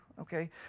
okay